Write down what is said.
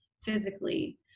physically